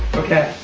okay.